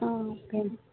okay